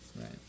right